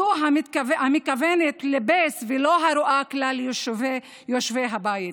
זו המכוונת לבייס ולא הרואה את כלל יושבי הבית.